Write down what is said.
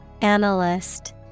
Analyst